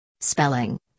Spelling